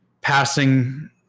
passing